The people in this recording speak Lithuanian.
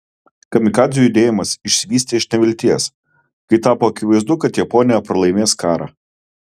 kamikadzių judėjimas išsivystė iš nevilties kai tapo akivaizdu kad japonija pralaimės karą